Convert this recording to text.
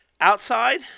Outside